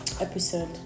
episode